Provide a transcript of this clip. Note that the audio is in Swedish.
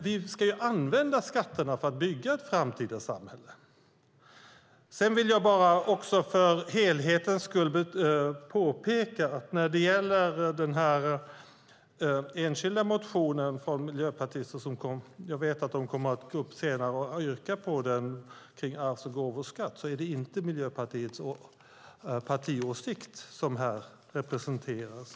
Vi ska ju använda skatterna för att bygga ett framtida samhälle. Sedan vill jag för helhetens skull påpeka att när det gäller den enskilda motionen från miljöpartister om arvs och gåvoskatt, som jag vet att de senare kommer att gå upp och yrka bifall till, är det inte Miljöpartiets partiåsikt som representeras.